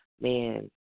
Man